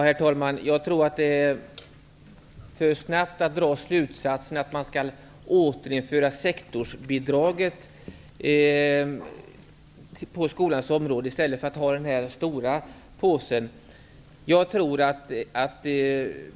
Herr talman! Jag tror att det är en för snäv slutsats att ett återinförande av sektorsbidraget på skolans område är bättre än den stora ''påsen''.